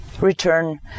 return